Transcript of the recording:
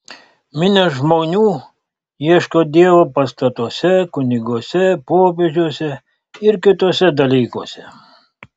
minios žmonių ieško dievo pastatuose kuniguose popiežiuose ir kituose dalykuose